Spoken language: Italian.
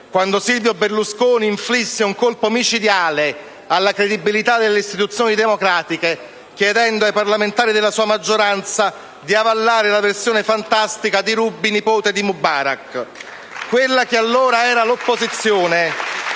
quando Silvio Berlusconi ha inflitto un colpo micidiale alla credibilità delle istituzioni democratiche chiedendo ai parlamentari della sua maggioranza di avallare la versione fantastica di Ruby nipote di Mubarak. *(Applausi dal Gruppo